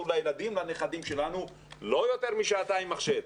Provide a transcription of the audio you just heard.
לילדים שלנו "לא יותר משעתיים מחשב,